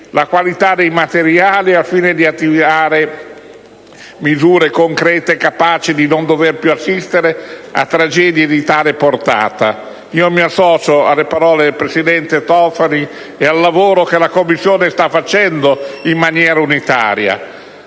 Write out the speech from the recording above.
la qualità dei materiali. Ciò al fine di attivare misure concrete capaci di non farci più assistere a tragedie di tale portata. Mi associo alle parole del presidente Tofani e al lavoro che la Commissione sta svolgendo in maniera unitaria.